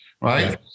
right